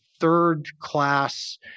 third-class